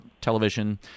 television